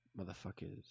motherfuckers